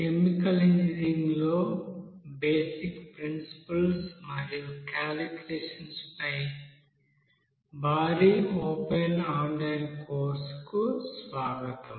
chemical ఇంజనీరింగ్లో basic principles మరియు calculations పై భారీ ఓపెన్ ఆన్లైన్ కోర్సుకు స్వాగతం